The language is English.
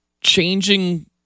changing